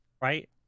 right